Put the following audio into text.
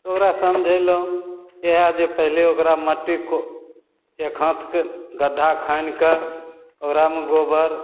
तऽ ओकरा समझेलहुॅं इहै जे पहिले ओकरा मट्टीके एक हाथके गड्ढा खानि कऽ ओकरामे गोबर